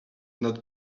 not